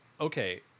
okay